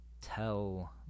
tell –